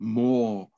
more